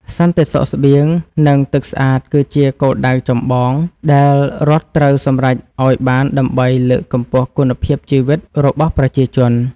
សន្តិសុខស្បៀង និងទឹកស្អាតគឺជាគោលដៅចម្បងដែលរដ្ឋត្រូវសម្រេចឱ្យបានដើម្បីលើកកម្ពស់គុណភាពជីវិតរបស់ប្រជាជន។